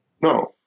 No